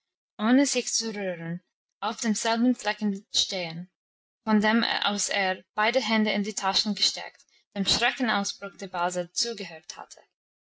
ohne sich zu rühren auf demselben fleck stehen von dem aus er beide hände in die taschen gesteckt dem schreckensausbruch der base zugehört hatte